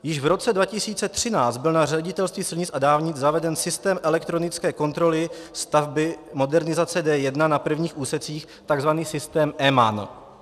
Již v roce 2013 byl na Ředitelství silnic a dálnic zaveden systém elektronické kontroly stavby modernizace D1 na prvních úsecích, tzv. systém EMAN.